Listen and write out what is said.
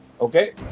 Okay